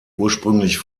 ursprünglich